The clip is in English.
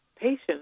patients